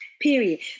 Period